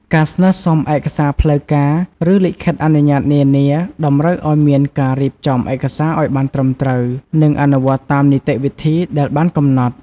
ការស្នើសុំឯកសារផ្លូវការ ឬលិខិតអនុញ្ញាតនានា តម្រូវឲ្យមានការរៀបចំឯកសារឲ្យបានត្រឹមត្រូវ និងអនុវត្តតាមនីតិវិធីដែលបានកំណត់។